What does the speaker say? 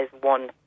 one